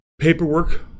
paperwork